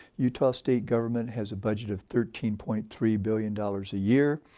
utah state government has budgeting thirteen point three billion dollars a year.